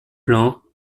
plan